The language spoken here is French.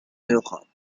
europe